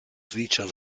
richard